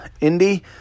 Indy